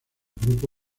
grupo